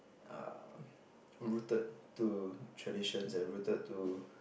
um rooted to traditions and rooted to